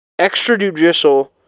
extrajudicial